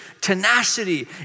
tenacity